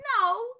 No